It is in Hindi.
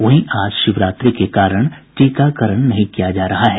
वहीं आज शिवरात्रि के कारण टीकाकरण नहीं किया जा रहा है